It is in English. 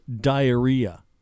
diarrhea